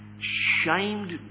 shamed